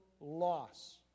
loss